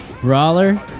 brawler